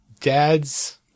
dads